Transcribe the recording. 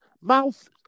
Mouth